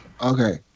Okay